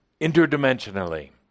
interdimensionally